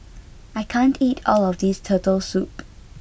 I can't eat all of this turtle soup